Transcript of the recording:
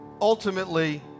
ultimately